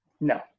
No